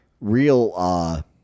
real –